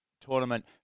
tournament